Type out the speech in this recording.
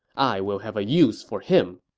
i will have a use for him.